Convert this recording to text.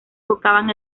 tocaban